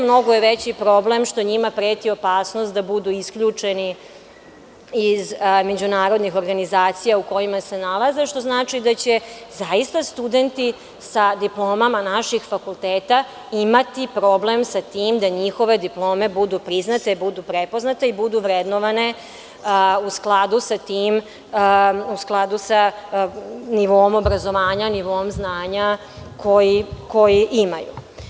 Mnogo je veći problem što njima preti opasnost da budu isključeni iz međunarodnih organizacija u kojima se nalaze, što znači da će zaista studenti sa diplomama naših fakulteta imati problem sa tim da njihove diplome budu priznate, budu prepoznate i budu vrednovane u skladu sa nivoom obrazovanja, nivoom znanja koje imaju.